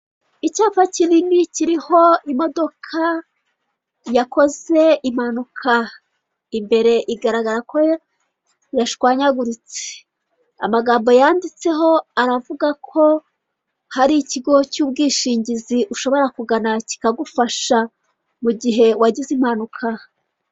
Icyapa kinini kiriho imodoka yakoze impanuka. Imbere igaragara ko yashwanyaguritse. Amagambo yanditseho aravuga ko hari ikigo cy'ubwishingizi ushobora kugana kikagufasha, mu gihe wagize impanuka.